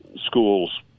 schools